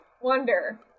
wonder